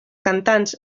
cantants